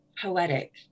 poetic